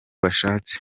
bashatse